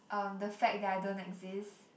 um the fact that I don't exist